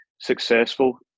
successful